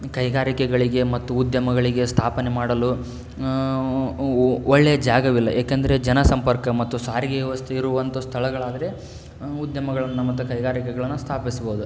ಕೈಗಾರಿಕೆಗಳಿಗೆ ಮತ್ತು ಉದ್ಯಮಗಳಿಗೆ ಸ್ಥಾಪನೆ ಮಾಡಲು ಒಳ್ಳೆ ಜಾಗವಿಲ್ಲ ಏಕಂದರೆ ಜನ ಸಂಪರ್ಕ ಮತ್ತು ಸಾರಿಗೆ ವ್ಯವಸ್ಥೆ ಇರುವಂಥ ಸ್ಥಳಗಳಾದರೆ ಉದ್ಯಮಗಳನ್ನು ಮತ್ತು ಕೈಗಾರಿಕೆಗಳನ್ನು ಸ್ಥಾಪಿಸ್ಬೋದು